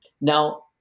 Now